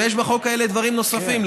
ויש בחוק הזה דברים נוספים.